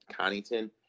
Connington